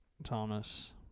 Thomas